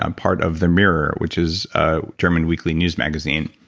um part of the mirror, which is a german weekly news magazine.